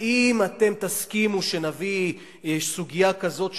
האם אתם תסכימו שנביא סוגיה כזאת,